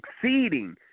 succeeding